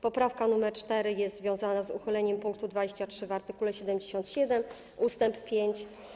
Poprawka nr 4 jest związana z uchyleniem pkt 23 w art. 77 ust. 5.